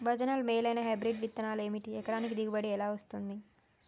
భజనలు మేలైనా హైబ్రిడ్ విత్తనాలు ఏమిటి? ఎకరానికి దిగుబడి ఎలా వస్తది?